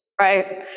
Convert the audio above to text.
Right